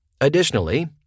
Additionally